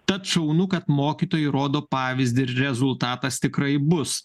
tad šaunu kad mokytojai rodo pavyzdį ir rezultatas tikrai bus